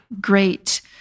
great